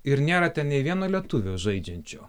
ir nėra ten nei vieno lietuvio žaidžiančio